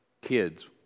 Kids